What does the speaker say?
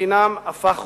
ובגינן הפך עולמות,